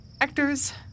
actors